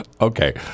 Okay